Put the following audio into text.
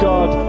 God